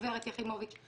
הגב' יחימוביץ,